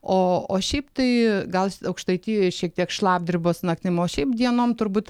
o o šiaip tai gal aukštaitijoj šiek tiek šlapdribos naktim o šiaip dienom turbūt